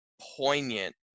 poignant